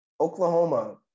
Oklahoma